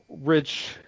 Rich